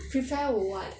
prepare what